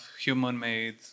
human-made